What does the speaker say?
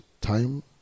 time